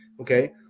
Okay